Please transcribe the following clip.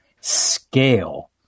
scale